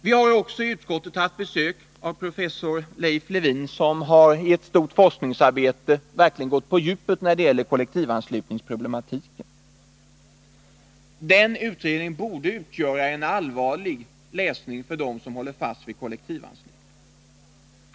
Vi har också i utskottet haft besök av professor Leif Lewin, som i ett stort forskningsarbete verkligen har gått på djupet när det gäller kollektivanslutningsproblematiken. — Den utredningen borde utgöra en allvarlig läsning för dem som håller fast vid kollektivanslutningen.